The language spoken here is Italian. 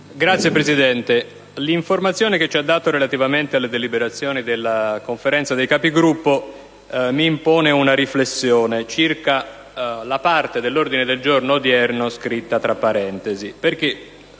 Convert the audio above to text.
Signor Presidente, l'informazione che ci ha dato relativamente alle deliberazioni della Conferenza dei Capigruppo mi impone una riflessione in merito alla parte dell'odierno ordine del giorno scritta tra parentesi.